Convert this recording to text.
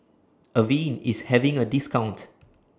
Avene IS having A discount